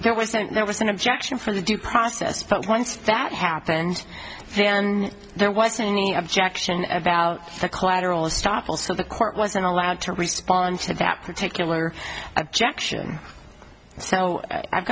there wasn't there was an objection for the due process but once that happened then there wasn't any objection about the collateral estoppel so the court wasn't allowed to respond to that particular objection so i've